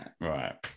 Right